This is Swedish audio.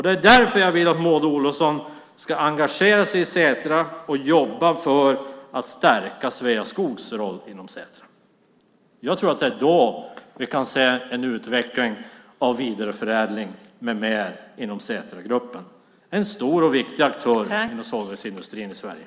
Det är därför jag vill att Maud Olofsson ska engagera sig i Setra och jobba för att stärka Sveaskogs roll inom Setra. Det är då vi kan se en utveckling av vidareförädling med mera inom Setragruppen. Det är en stor och viktig aktör inom sågverksindustrin i Sverige.